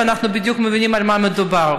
ואנחנו מבינים בדיוק על מה מדובר.